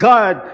God